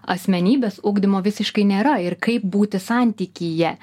asmenybės ugdymo visiškai nėra ir kaip būti santykyje